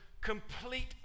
complete